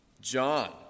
John